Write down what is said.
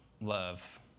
love